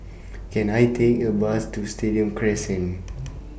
Can I Take A Bus to Stadium Crescent